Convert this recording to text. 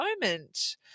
moment